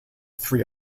three